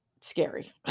scary